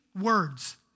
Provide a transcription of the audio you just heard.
words